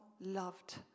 loved